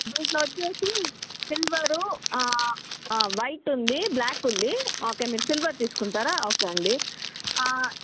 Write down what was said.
దీంట్లో వచ్చేసి silver white ఉంది బ్లాక్ ఉంది ఓకే మీరు సిల్వర్ తీసుకుంటారా ఓకే అండి